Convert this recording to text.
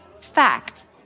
Fact